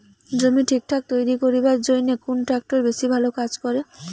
জমি ঠিকঠাক তৈরি করিবার জইন্যে কুন ট্রাক্টর বেশি ভালো কাজ করে?